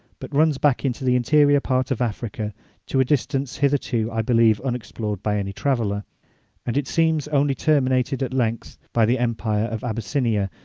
but runs back into the interior part of africa to a distance hitherto i believe unexplored by any traveller and seems only terminated at length by the empire of abyssinia,